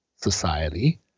society